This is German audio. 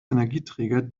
energieträger